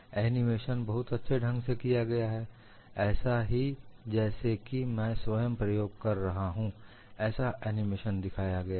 animation बहुत अच्छे ढंग से किया गया है ऐसा ही जैसे कि मैं स्वयं प्रयोग कर रहा हूं ऐसा एनिमेशन दिखाया गया है